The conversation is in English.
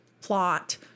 plot